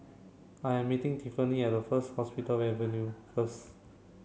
I am meeting Tiffany at First Hospital Avenue first